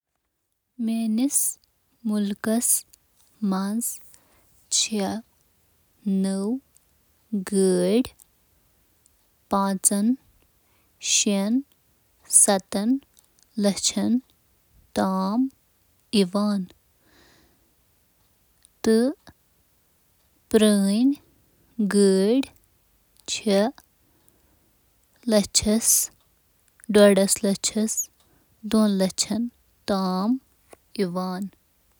ہندوستانَس منٛز ہٮ۪کہِ أکِس نَیہِ گاڑِ ہُنٛد قۭمت ماروتی سوزوکی آلٹو کے دَہ, باپتھ, ژور, لچھ رۄپیہِ پٮ۪ٹھٕ لینڈ روور رینج روور باپتھ ترے۔ شیٹھ. کرور رۄپیہِ تام ٲسِتھ۔ استعمال شُدٕ گاڑِ ہُنٛد قۭمت ہیٚکہِ دَہ ساس, رۄپیہِ پیٚٹھٕ شُروٗع گٔژھِتھ۔